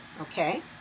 Okay